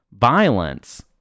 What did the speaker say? violence